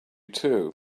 too